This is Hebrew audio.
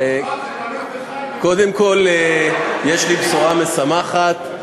קודם כול, יש לי בשורה משמחת: